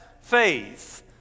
faith